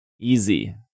Easy